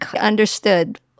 understood